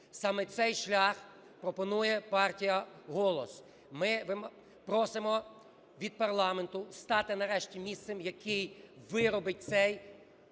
Саме цей шлях пропонує партія "Голос". Ми просимо від парламенту стати нарешті місцем, який виробить цей